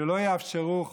שלא יאפשרו.